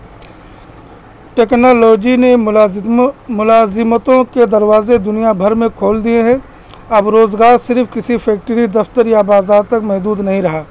technology نے ملازدموں ملازمتوں کے دروازے دنیا بھر میں کھول دیئے ہیں اب روزگار صرف کسی فیکٹری دفتر یا بازار تک محدود نہیں رہا